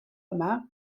yma